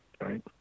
right